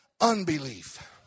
unbelief